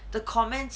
the comments